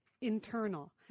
internal